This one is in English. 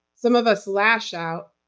some of us lash out.